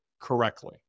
correctly